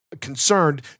concerned